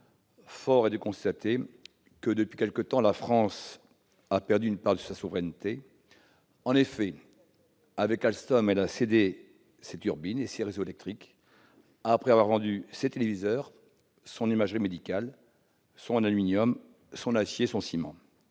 Force est de constater que, depuis quelque temps, la France a perdu une part de sa souveraineté. En effet, avec Alstom, elle a cédé ses turbines et ses réseaux électriques, après avoir vendu ses téléviseurs, son imagerie médicale, son aluminium, son acier et son ciment,